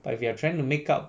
but if you are trying to make up